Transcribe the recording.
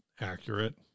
accurate